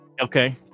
Okay